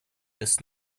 ist